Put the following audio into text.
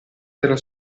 della